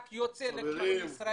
רק יוצא לישראל.